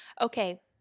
Okay